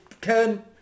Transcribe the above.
ken